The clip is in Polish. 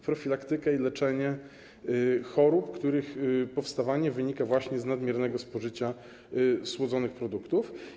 profilaktykę i leczenie chorób, których powstawanie wynika właśnie z nadmiernego spożycia słodzonych produktów.